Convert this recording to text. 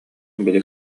били